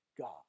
God